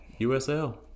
USL